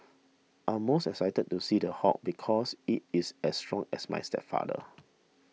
I'm most excited to see The Hulk because it is as strong as my stepfather